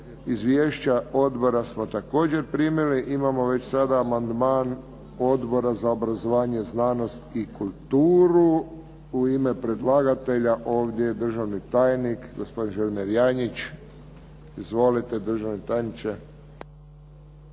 Izvješća odbora smo također primili. Imamo već sada amandman Odbora za obrazovanje, znanost i kulturu. U ime predlagatelja ovdje je državni tajnik, gospodin Želimir Janjić. Izvolite državni tajniče.